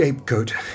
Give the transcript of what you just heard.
Scapegoat